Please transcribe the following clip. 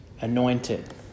anointed